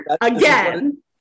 again